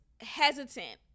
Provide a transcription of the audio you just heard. hesitant